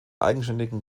eigenständigen